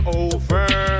over